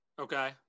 Okay